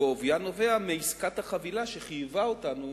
ועוביה נובע מעסקת החבילה, שחייבה אותנו